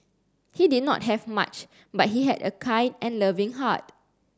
he did not have much but he had a kind and loving heart